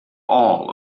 all